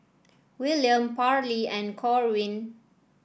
Willaim Parlee and Corwin